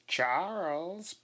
Charles